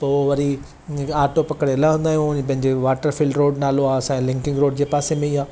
पोइ वरी आटो पकिड़े लहंदा आहियूं पंहिंजे वाटर फिल्टरोड नालो आहे असांजे लिंकिंग रोड जे पासे में ई आहे